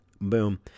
Boom